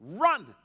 run